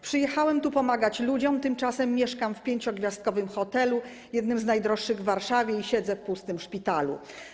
Przyjechałem tu pomagać ludziom, tymczasem mieszkam w 5-gwiazdkowym hotelu, jednym z najdroższych w Warszawie i siedzę w pustym szpitalu.